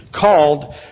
called